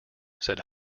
said